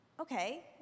okay